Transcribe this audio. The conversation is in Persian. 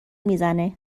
میزنه